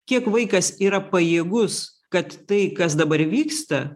kiek vaikas yra pajėgus kad tai kas dabar vyksta